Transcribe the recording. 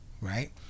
right